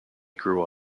grew